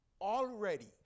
Already